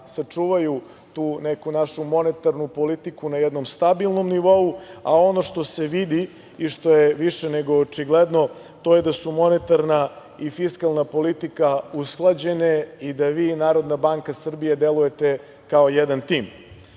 sačuvaju tu neku našu monetarnu politiku na jednom stabilnom nivou, a ono što se vidi i što je više nego očigledno, to je da su monetarna i fiskalna politika usklađene i da vi i Narodna banka Srbije delujete kao jedan tim.